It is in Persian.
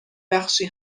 بخشی